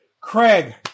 Craig